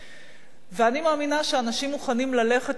ואני מאמינה שאנשים מוכנים ללכת אחרי מנהיג